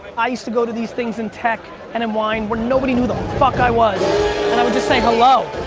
i used to go to these things in tech, and in wine, where nobody knew who the fuck i was, and i would just say hello.